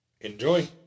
Enjoy